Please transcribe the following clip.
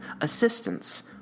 assistance